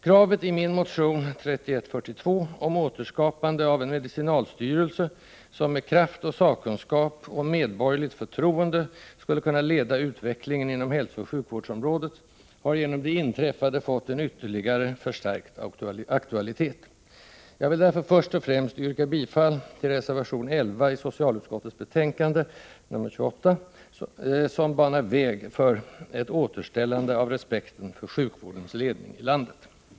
Kravet i min motion 3142 om återskapande av en medicinalstyrelse som med kraft och sakkunskap — och medborgerligt förtroende — skulle kunna leda utvecklingen inom hälsooch sjukvårdsområdet har genom det inträffade fått en ytterligare förstärkt aktualitet. Jag vill därför först och främst yrka bifall till reservation 11 i socialutskottets betänkande nr 28 som banar väg för ett återställande av respekten för sjukvårdens ledning i landet.